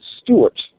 Stewart